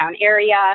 area